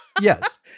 Yes